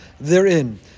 therein